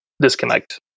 disconnect